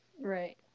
Right